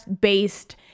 based